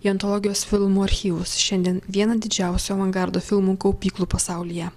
į antologijos filmų archyvus šiandien vieną didžiausių avangardo filmų kaupyklų pasaulyje